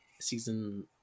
season